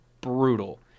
brutal